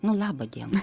nu labadiena